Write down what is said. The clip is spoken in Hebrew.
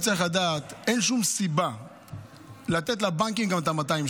ואתה בטח מכבד את הרב גפני בעניין.